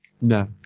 No